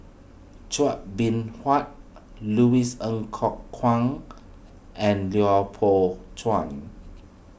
Chua Beng Huat Louis Ng Kok Kwang and Lui Pao Chuen